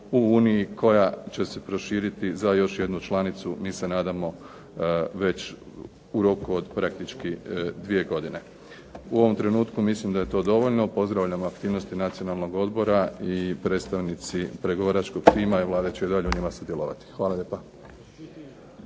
u Uniji koja će se proširiti za još jednu članicu. Mi se nadamo već u roku od praktički dvije godine. U ovom trenutku mislim da je to dovoljno. Pozdravljam aktivnosti Nacionalnog odbora i predstavnici pregovaračkog tima i Vlada će i dalje u njima sudjelovati. Hvala lijepa.